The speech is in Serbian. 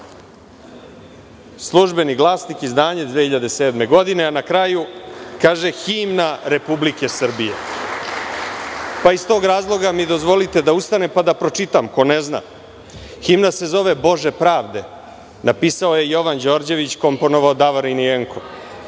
"Službeni glasnik", izdanje 2007. godine, a na kraju kaže – himna Republike Srbije. Iz tog razloga mi dozvolite da ustanem pa da pročitam, ko ne zna. Himna se zove "Bože pravde", napisao je Jovan Đorđević, komponovao Davorin Jenko,